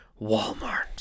Walmart